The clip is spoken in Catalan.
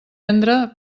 tendre